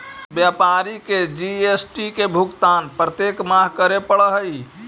व्यापारी के जी.एस.टी के भुगतान प्रत्येक माह करे पड़ऽ हई